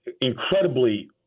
incredibly